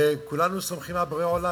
וכולנו סומכים על בורא עולם.